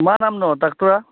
मा नाम नो डाक्टरा